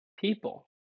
people